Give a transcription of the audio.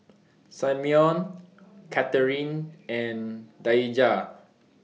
Simeon Cathrine and Daija